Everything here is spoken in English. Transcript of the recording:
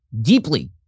deeply